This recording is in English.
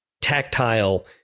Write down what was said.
tactile